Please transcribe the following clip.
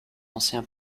ancien